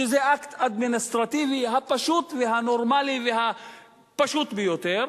שזה האקט האדמיניסטרטיבי הפשוט והנורמלי ביותר,